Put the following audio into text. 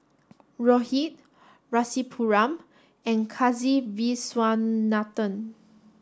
Rohit Rasipuram and Kasiviswanathan